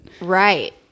Right